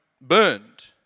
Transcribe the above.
burned